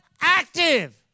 Active